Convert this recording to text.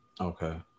Okay